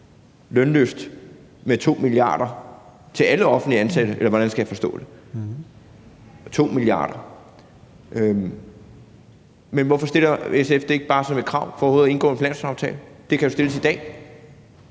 lønløft på 2 mia. kr. for alle offentligt ansatte – eller hvordan skal jeg forstå det? Men hvorfor stiller SF det ikke bare som et krav for overhovedet at indgå en finanslovsaftale? Det kan jo stilles i dag.